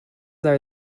are